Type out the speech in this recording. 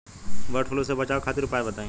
वड फ्लू से बचाव खातिर उपाय बताई?